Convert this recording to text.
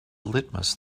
litmus